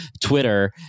Twitter